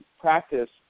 practice